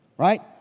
right